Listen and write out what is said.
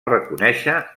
reconèixer